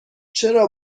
چرا